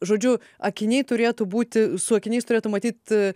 žodžiu akiniai turėtų būti su akiniais turėtum matyt